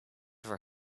our